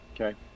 Okay